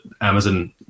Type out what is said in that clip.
Amazon